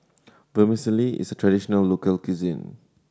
vermicelli is a traditional local cuisine